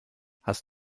hast